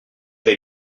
vais